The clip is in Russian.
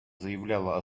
заявляла